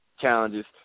challenges